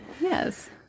Yes